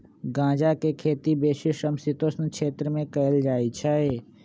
गञजा के खेती बेशी समशीतोष्ण क्षेत्र में कएल जाइ छइ